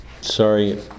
Sorry